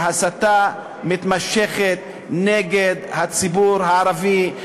בהסתה מתמשכת נגד הציבור הערבי,